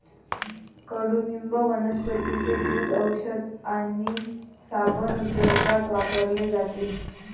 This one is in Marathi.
कडुनिंब वनस्पतींचे दूध, औषध आणि साबण उद्योगात वापरले जाते